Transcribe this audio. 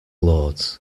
lords